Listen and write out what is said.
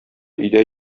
өйдә